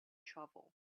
travel